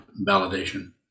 validation